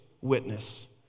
witness